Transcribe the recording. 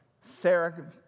Sarah